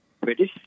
British